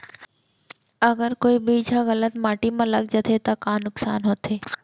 अगर कोई बीज ह गलत माटी म लग जाथे त का नुकसान होथे?